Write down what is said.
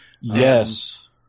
Yes